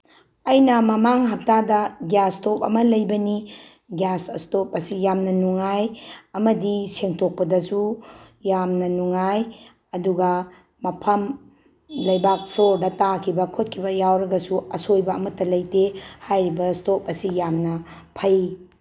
ꯑꯩꯅ ꯃꯃꯥꯡ ꯍꯞꯇꯥꯗ ꯒ꯭ꯌꯥꯁ ꯏꯁꯇꯣꯞ ꯑꯃ ꯂꯩꯕꯅꯤ ꯒ꯭ꯌꯥꯁ ꯏꯁꯇꯣꯞ ꯑꯁꯤ ꯌꯥꯝꯅ ꯅꯨꯡꯉꯥꯏ ꯑꯃꯗꯤ ꯁꯦꯡꯗꯣꯛꯄꯗꯁꯨ ꯌꯥꯝꯅ ꯅꯨꯡꯉꯥꯏ ꯑꯗꯨꯒ ꯃꯐꯝ ꯂꯩꯕꯥꯛ ꯐ꯭ꯂꯣꯔꯗ ꯇꯥꯈꯤꯕ ꯈꯣꯠꯈꯤꯕ ꯌꯥꯎꯔꯒꯁꯨ ꯑꯁꯣꯏꯕ ꯑꯃꯠꯇ ꯂꯩꯇꯦ ꯍꯥꯏꯔꯤꯕ ꯏꯁꯇꯣꯞ ꯑꯁꯤ ꯌꯥꯝꯅ ꯐꯩ